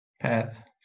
path